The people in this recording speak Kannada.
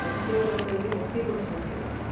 ಹತ್ತಿ ಹೊಲಕ್ಕೆ ಹೋಗಿ ಹತ್ತಿ ಬಿಡಸ್ಬಕು